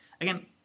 again